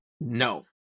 No